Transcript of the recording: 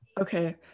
Okay